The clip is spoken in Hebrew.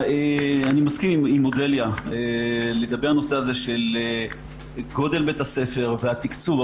אני מסכים עם אודליה לגבי הנושא של גודל בתי הספר והתקצוב.